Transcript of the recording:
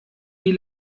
die